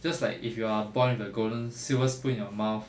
just like if you are born with a golden silver spoon in your mouth